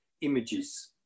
images